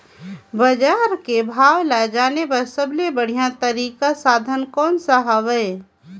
बजार के भाव ला जाने बार सबले बढ़िया तारिक साधन कोन सा हवय?